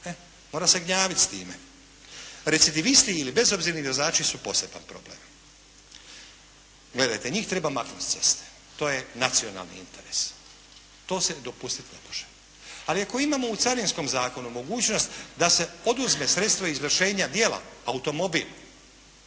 mora se gnjaviti time. Recidivisti ili bezobzirni vozači su poseban problem. Gledajte, njih treba maknuti s ceste, to je nacionalni interes, to se dopustiti ne može. Ali ako imamo u Carinskom zakonu mogućnost da se oduzme sredstva izvršenja djela automobil